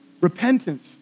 repentance